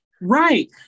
Right